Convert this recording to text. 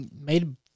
made